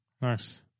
nice